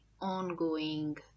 ongoing